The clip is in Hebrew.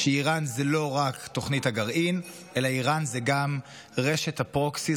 שאיראן היא לא רק תוכנית הגרעין אלא איראן היא גם רשת הפרוקסי,